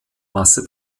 masse